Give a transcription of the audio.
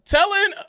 Telling